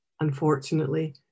Unfortunately